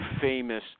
famous